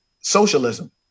socialism